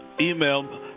email